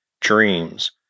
dreams